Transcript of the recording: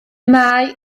mae